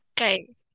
Okay